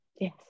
Yes